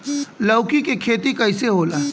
लौकी के खेती कइसे होला?